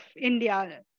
India